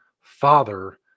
father